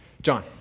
John